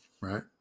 right